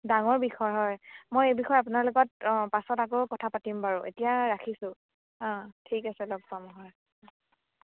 ডাঙৰ বিষয় হয় মই এই বিষয়ে আপোনাৰ লগত পাছত আকৌ কথা পাতিম বাৰু এতিয়া ৰাখিছোঁ অ' ঠিক আছে লগ পাম হয়